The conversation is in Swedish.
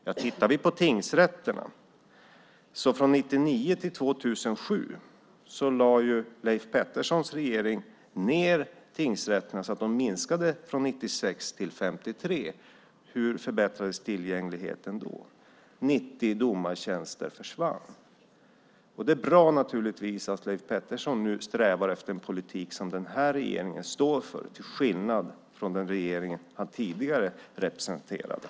Leif Petterssons regering lade ned tingsrätterna så att de minskade från 96 till 53 under åren 1999-2007. Hur förbättrades tillgängligheten då? 90 domartjänster försvann. Det är naturligtvis bra att Leif Pettersson nu strävar efter en politik som den här regeringen står för till skillnad från den tidigare regeringen som han representerade.